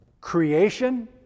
creation